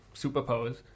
superpowers